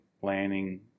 planning